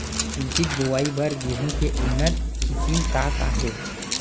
सिंचित बोआई बर गेहूँ के उन्नत किसिम का का हे??